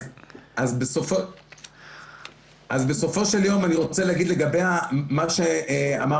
אז בסופו של יום אני רוצה להגיד לגבי מה שאמרת,